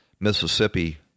mississippi